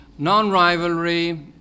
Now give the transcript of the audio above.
non-rivalry